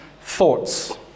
thoughts